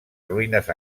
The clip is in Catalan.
ruïnes